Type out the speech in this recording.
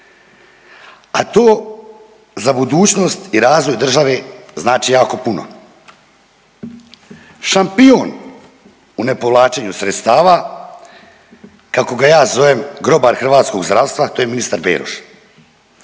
a to za budućnost i razvoj države znači jako puno. Šampion u nepovlačenju sredstava, kako ga ja zovem, grobar hrvatskog zdravstva, to je ministar Beroš.